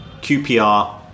QPR